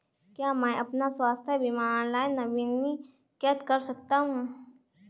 क्या मैं अपना स्वास्थ्य बीमा ऑनलाइन नवीनीकृत कर सकता हूँ?